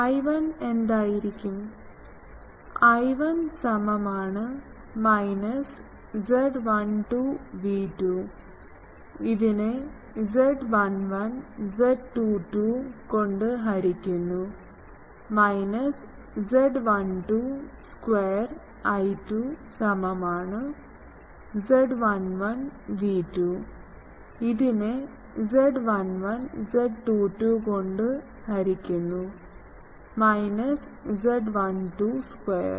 I1 എന്തായിരിക്കും I1 സമമാണ് minus Z12 V2 ഇതിനെ Z11 Z22 കൊണ്ട് ഹരിക്കുന്നു മൈനസ് Z12 സ്ക്വയർ I2 സമമാണ് Z11 V2 ഇതിനെ Z11 Z22 കൊണ്ട് ഹരിക്കുന്നു മൈനസ് Z12 സ്ക്വയർ